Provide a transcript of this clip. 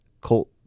Colt